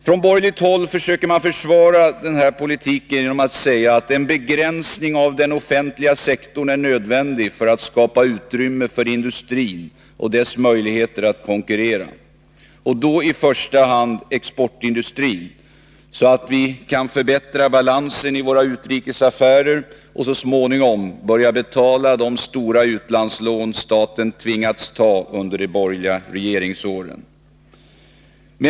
Från borgerligt håll försöker man försvara denna politik genom att säga att en begränsning av den offentliga sektorn är nödvändig för att skapa utrymme för industrin och dess möjligheter att konkurrera — i första hand exportindustrin - så att vi kan förbättra balansen i våra utrikesaffärer och så småningom börja betala de stora utlandslån staten tvingats ta under de borgerliga regeringsåren.